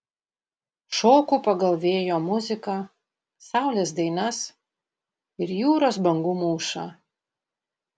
šoku pagal vėjo muziką saulės dainas ir jūros bangų mūšą